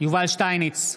יובל שטייניץ,